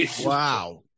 Wow